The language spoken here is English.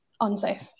unsafe